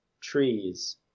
trees